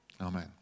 amen